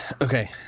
okay